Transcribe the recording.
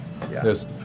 Yes